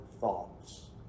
thoughts